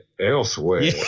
Elsewhere